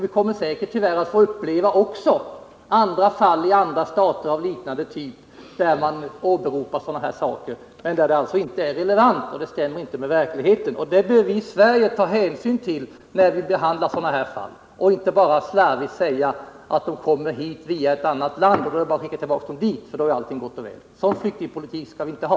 Vi kommer säkert också att få uppleva liknande fall i andra stater av liknande typ, där man åberopar sådana saker men där de alltså inte är relevanta, dvs. där de inte stämmer med verkligheten. Detta bör vi i Sverige ta hänsyn till när vi behandlar sådana fall och inte bara slarvigt säga att när flyktingarna kommer hit via ett annat land är det bara att skicka dem tillbaka dit, och så är allting gott och väl. En sådan flyktingpolitik skall vi inte ha!